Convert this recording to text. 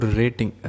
rating